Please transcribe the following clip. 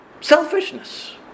Selfishness